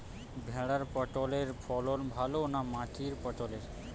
ভেরার পটলের ফলন ভালো না মাটির পটলের?